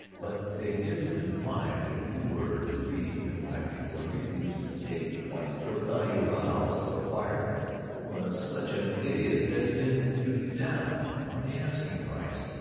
but they didn't imply that you were to be impractical and refuse to take twice the value of a house if a buyer was such an idiot that he didn't jew you down on the asking-price.